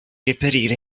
reperire